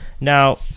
Now